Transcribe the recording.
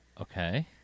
Okay